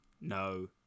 No